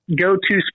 go-to